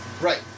Right